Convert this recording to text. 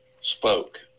spoke